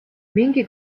mingi